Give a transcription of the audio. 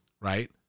right